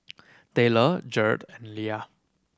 Tayler Gearld and Leah